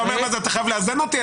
אתה אומר שאתה חייב לאזן אותי?